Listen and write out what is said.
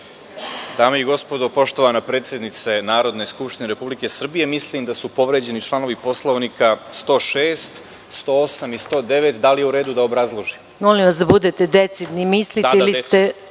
Dame i gospodo, poštovana predsednice Narodne skupštine Republike Srbije, mislim da su povređeni članovi Poslovnika 106, 108. i 109. Da li je u redu da obrazložim? **Maja Gojković** Molim vas budite decidni. Mislite ili se